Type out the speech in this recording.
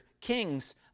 King's